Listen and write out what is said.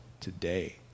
today